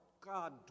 God